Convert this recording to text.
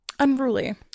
unruly